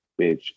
bitch